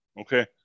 okay